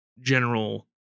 general